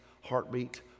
heartbeat